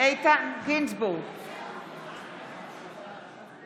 בעד נגד, נגד,